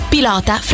Pilota